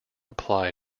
apply